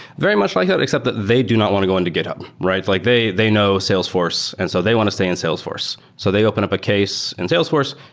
very much like that, except that they do not want to go into github. like they they know salesforce, and so they want to stay in salesforce. so they open up a case in salesforce,